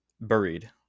buried